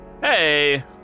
Hey